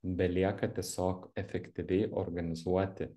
belieka tiesiog efektyviai organizuoti